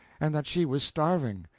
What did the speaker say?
and that she was starving.